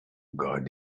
god